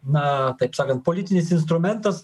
na taip sakant politinis instrumentas